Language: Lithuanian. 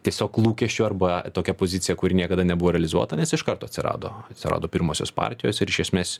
tiesiog lūkesčiu arba tokia pozicija kuri niekada nebuvo realizuota nes iš karto atsirado atsirado pirmosios partijos ir iš esmės